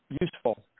useful